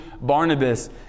Barnabas